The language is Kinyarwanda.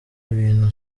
ibintu